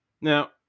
Now